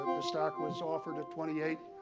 the stock was offered at twenty eight